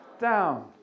down